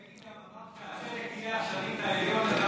בגין גם אמר שהצדק יהיה השליט העליון.